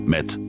Met